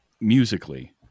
musically